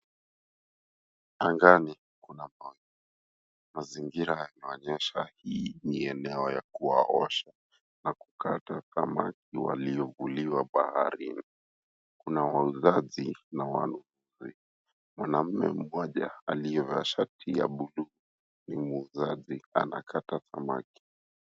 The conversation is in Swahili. Angani kuna paa, mazingira yanaonyesha hii ni eneo ya kuwaosha na kukata samaki waliovuliwa baharini. Kuna wauzaji na wanaume. Mwanaume mmoja aliyevaa shati ya buluu ni muuzaji anakata samaki.